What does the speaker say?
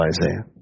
Isaiah